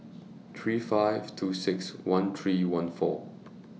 three five two six one three one four